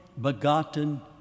begotten